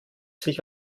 sich